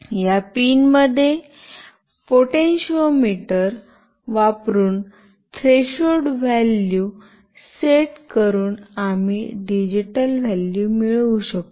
या पिनमध्ये पोटेशोमीटर वापरुन थ्रेशोल्ड व्हॅल्यू सेट करून आम्ही डिजिटल व्हॅल्यू मिळवू शकतो